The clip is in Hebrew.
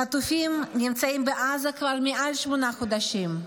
חטופים נמצאים בעזה כבר מעל שמונה חודשים,